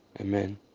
Amen